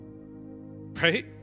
Right